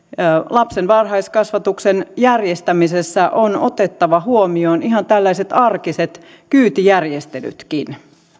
lapsen varhaiskasvatuksen järjestämisessä on otettava huomioon ihan tällaiset arkiset kyytijärjestelytkin